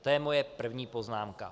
To je moje první poznámka.